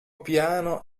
piano